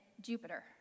jupiter